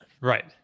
Right